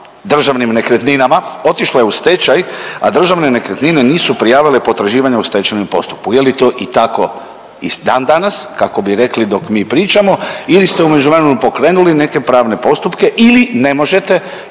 državnim nekretninama, otišla je u stečaj, a državne nekretnine nisu prijavile potraživanje u stečajnom postupku. Je li to i tako dan danas kako bi rekli dok mi pričamo ili ste u međuvremenu pokrenuli neke pravne postupke ili ne možete